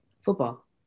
Football